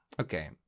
Okay